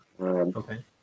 Okay